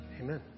Amen